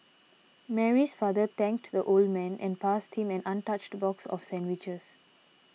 Mary's father thanked the old man and passed him an untouched box of sandwiches